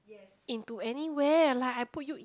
into anywhere like I put you in